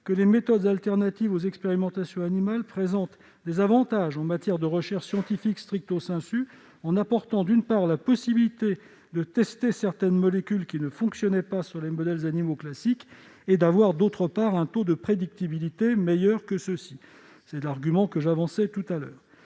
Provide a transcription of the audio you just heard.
que les méthodes de substitution aux expérimentations animales présentent des avantages en matière de recherche scientifique, d'une part, en apportant la possibilité de tester certaines molécules qui ne fonctionnaient pas sur les modèles animaux classiques, et, d'autre part, en offrant un taux de prédictibilité meilleur que ceux-ci. C'est l'argument que j'avançais tout à l'heure.